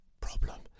problem